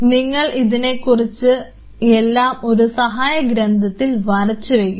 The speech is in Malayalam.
നിങ്ങൾ ഇതിനെ കുറിച്ച് എല്ലാം ഒരു സഹായ ഗ്രന്ഥത്തിൽ വരച്ചുവയ്ക്കുക